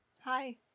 Hi